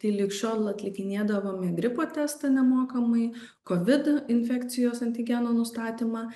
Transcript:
tai lyg šiol atlikinėdavome gripo testą nemokamai kovid infekcijos antigeno nustatymą